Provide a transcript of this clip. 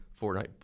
Fortnite